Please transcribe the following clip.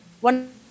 One